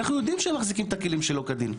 אנחנו יודעים שהם מחזיקים את הכלים שלא כדין,